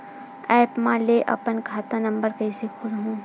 App म ले अपन खाता नम्बर कइसे खोलहु?